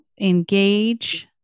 engage